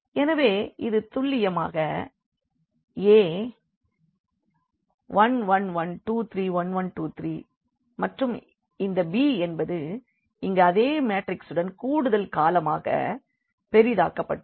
எனவே இது துல்லியமாக A 1 1 1 2 3 1 1 2 3 மற்றும் இந்த b என்பது இங்கே அதே மேட்ரிக்சுடன் கூடுதல் காலமாக பெரிதாக்கப்பட்டுள்ளது